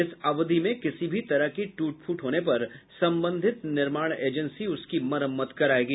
इस अवधि में किसी भी तरह की टूट फूट होने पर संबंधित निर्माण एजेंसी उसकी मरम्मत करायेगी